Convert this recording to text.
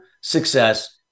Success